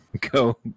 Go